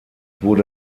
wurde